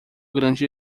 grande